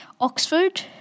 Oxford